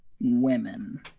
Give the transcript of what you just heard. ...women